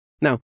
Now